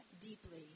deeply